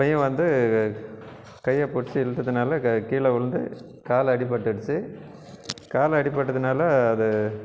பையன் வந்து கையை பிடிச்சி இழுத்ததுனால க கீழே உழுந்து கால் அடிபட்டுடுச்சு கால் அடிபட்டதுனால் அது